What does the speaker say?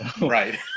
Right